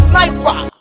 Sniper